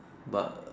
but